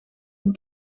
een